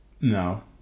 No